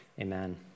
Amen